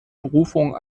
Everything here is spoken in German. berufung